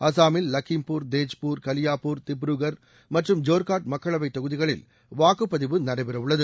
அசாமில் லக்கீம்பூர் தேஜ்பூர் கலியாபூர் திப்ருகர் மற்றும் ஜோர்காட் மக்களவை தொகுதிகளில் வாக்குப் பதிவு நடைபெறவுள்ளது